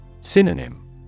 Synonym